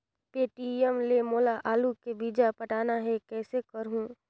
Paytm ले मोला आलू के बिल पटाना हे, कइसे करहुँ?